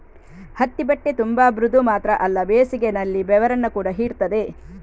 ಹತ್ತಿ ಬಟ್ಟೆ ತುಂಬಾ ಮೃದು ಮಾತ್ರ ಅಲ್ಲ ಬೇಸಿಗೆನಲ್ಲಿ ಬೆವರನ್ನ ಕೂಡಾ ಹೀರ್ತದೆ